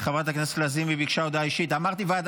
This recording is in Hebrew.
אני קובע כי הצעת חוק הגנה על בריאות הציבור (מזון) (תיקון מס'